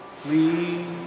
please